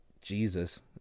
Jesus